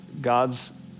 God's